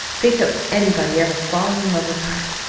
think of anybody ever falling in love with her!